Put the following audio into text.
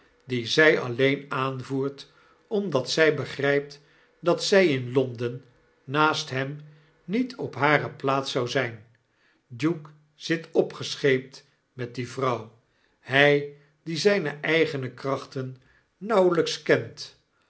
die zij alleen aanvoert omdat zij begrypt dat zjj in londen naast hem niet op hare plaats zou zijn duke zit opgescheept met die vrouw hy die zpe eigene krachten nauwelijks kent